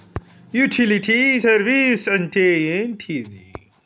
Utility service అంటే ఏంటిది?